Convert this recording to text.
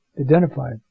identified